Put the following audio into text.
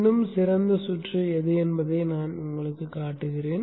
இன்னும் சிறந்த சுற்று எது என்பதை நான் காட்டுவேன்